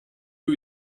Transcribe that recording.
who